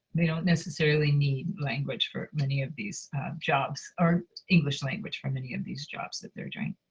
they don't necessarily need language for many of these jobs or english language for many of these jobs that they're doing.